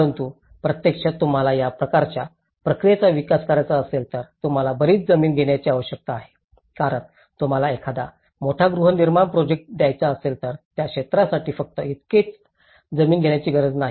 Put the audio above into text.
परंतु प्रत्यक्षात तुम्हाला या प्रकारच्या प्रक्रियेचा विकास करायचा असेल तर तुम्हाला बरीच जमीन घेण्याची आवश्यकता आहे कारण तुम्हाला एखादा मोठा गृहनिर्माण प्रोजेक्ट द्यायचा असेल तर त्या क्षेत्रासाठी फक्त इतकेच जमीन घेण्याची गरज नाही